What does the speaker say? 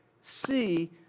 see